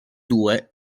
due